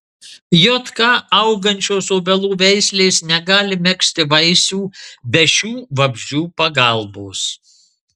jk augančios obelų veislės negali megzti vaisių be šių vabzdžių pagalbos